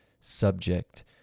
subject